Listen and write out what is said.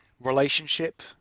relationship